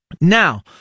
Now